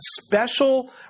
special